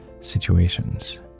situations